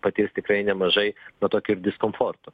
paties tikrai nemažai na tokio ir diskomforto